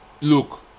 look